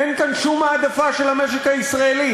אין כאן שום העדפה של המשק הישראלי.